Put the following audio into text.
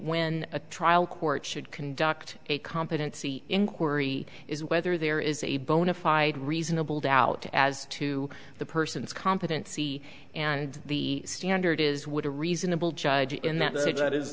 when a trial court should conduct a competency inquiry is whether there is a bona fide reasonable doubt as to the person's competency and the standard is would a reasonable judge in that